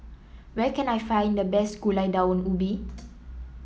where can I find the best Gulai Daun Ubi